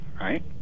right